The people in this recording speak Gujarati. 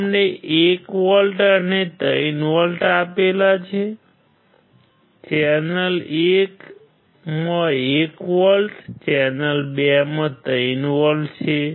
તેમણે 1 વોલ્ટ અને 3 વોલ્ટ આપેલા છે ચેનલ 1 માં 1 વોલ્ટ છે ચેનલ 2 માં 3 વોલ્ટ છે